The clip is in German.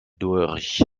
durch